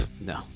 No